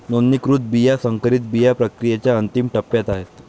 नोंदणीकृत बिया संकरित बिया प्रक्रियेच्या अंतिम टप्प्यात आहेत